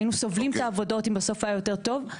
היינו סובלים את העבודות אם בסוף היה יותר טוב,